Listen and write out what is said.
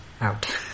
out